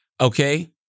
okay